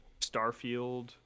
Starfield